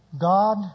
God